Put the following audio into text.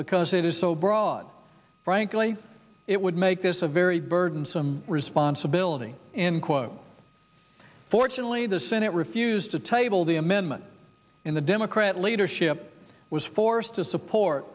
because it is so broad frankly it would make this a very burdensome responsibility in quote fortunately the senate refused to table the amendment in the democrat leadership was forced to support